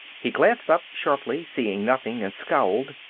he glanced up sharply, seeing nothing, and scowled.